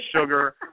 sugar